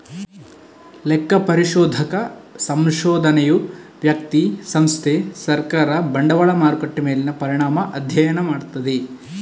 ಲೆಕ್ಕ ಪರಿಶೋಧಕ ಸಂಶೋಧನೆಯು ವ್ಯಕ್ತಿ, ಸಂಸ್ಥೆ, ಸರ್ಕಾರ, ಬಂಡವಾಳ ಮಾರುಕಟ್ಟೆ ಮೇಲಿನ ಪರಿಣಾಮ ಅಧ್ಯಯನ ಮಾಡ್ತದೆ